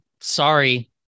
sorry